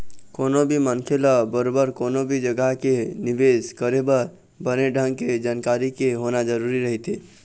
कोनो भी मनखे ल बरोबर कोनो भी जघा के निवेश करे बर बने ढंग के जानकारी के होना जरुरी रहिथे